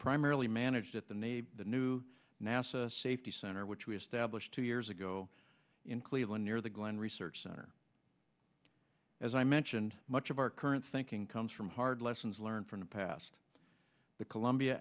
primarily managed at the navy the new nasa safety center which we established two years ago in cleveland near the glenn research center as i mentioned much of our current thinking comes from hard lessons learned from the past the columbia